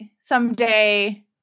someday